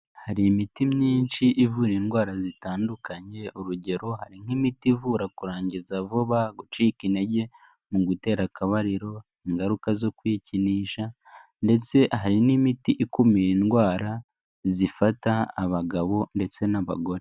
Hari imiti myinshi ivura indwara zitandukanye, urugero hari nk'imiti ivura kurangiza vuba, gucika intege mu gutera akabariro, ingaruka zo kwikinisha ndetse hari n'imiti ikumira indwara zifata abagabo ndetse n'abagore.